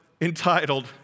entitled